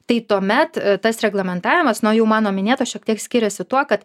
tai tuomet tas reglamentavimas nuo jau mano minėto šiek tiek skiriasi tuo kad